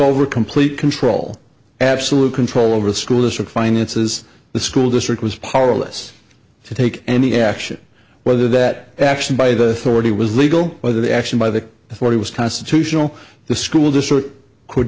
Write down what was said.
over complete control absolute control over the school district finances the school district was powerless to take any action whether that action by the authorities was legal whether the action by the authority was constitutional the school district could